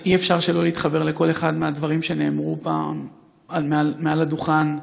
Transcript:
שאי-אפשר שלא להתחבר לכל אחד מהדברים שנאמרו מעל הדוכן,